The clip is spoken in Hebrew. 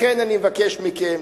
לכן אני מבקש מכם,